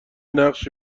نقش